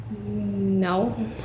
No